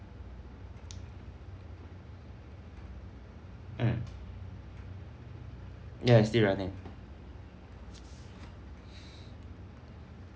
mm ya it's still running